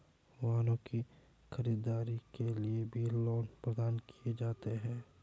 वाहनों की खरीददारी के लिये भी लोन प्रदान किये जाते हैं